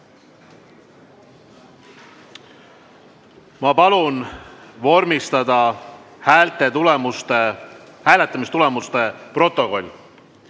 Ma palun vormistada hääletamistulemuste protokoll.